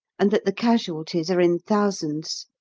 and that the casualties are in thousands.